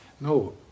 No